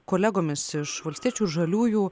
kolegomis iš valstiečių ir žaliųjų